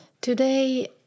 Today